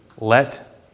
let